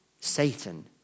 Satan